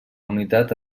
unitat